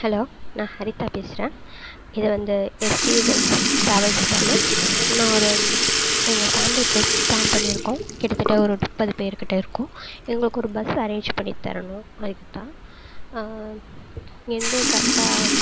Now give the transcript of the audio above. hello நான் ஹரிதா பேசுகிறேன் இது வந்து எஸ் டி ட்ராவெல்ஸ் தானே நான் ஒரு எங்கள் ஃபேமிலி ட்ரிப் ப்ளான் பண்ணியிருக்கோம் கிட்டத்தட்ட ஒரு முப்பது பேருக்கிட்ட இருக்கோம் எங்களுக்கு ஒரு பஸ் அரேஞ்ச் பண்ணி தரணும் அதுக்கு தான் இங்கேயிருந்து கரெக்டாக